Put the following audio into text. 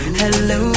hello